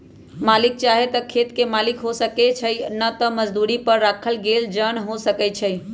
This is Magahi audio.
किसान चाहे त खेत के मालिक हो सकै छइ न त मजदुरी पर राखल गेल जन हो सकै छइ